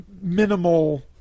minimal